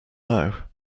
now